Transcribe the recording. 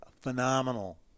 phenomenal